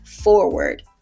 forward